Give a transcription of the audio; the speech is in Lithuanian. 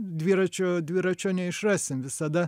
dviračio dviračio neišrasim visada